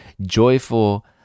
joyful